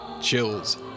Chills